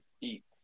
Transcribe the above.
eat